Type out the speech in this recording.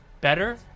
better